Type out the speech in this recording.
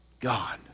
God